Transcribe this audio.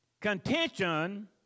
contention